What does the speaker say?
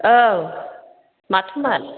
औ माथोमोन